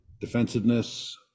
defensiveness